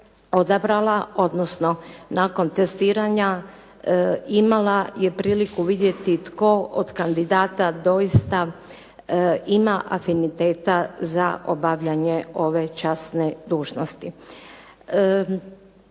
odnosno nakon testiranja imala je priliku vidjeti tko od kandidata doista ima afiniteta za obavljanje ove časne dužnosti.